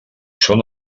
són